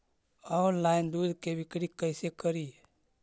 Online दुध के बिक्री कैसे करि?